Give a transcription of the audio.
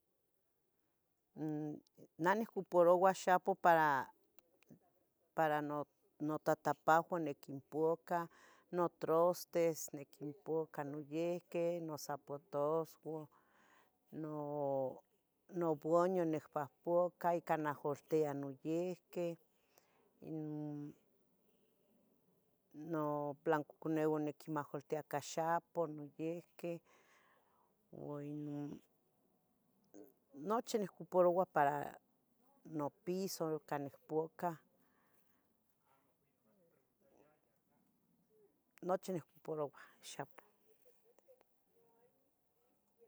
Nneh ncuparoua xapoh para, para no notatapahua niquinpuca, notrostes niquinpuca niyihqui, nozapatosuah, no, no buaño nicpahpuca, ica nahgoltia noyihqui, no plancoconeua niquimahgoltia ca xapoh noyihqui, ua ino nochi nicuparoua para nopiso ca nicpuca, nochi nicuparoua xapoh.